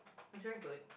it's very good